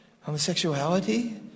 Homosexuality